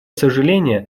сожаление